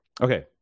okay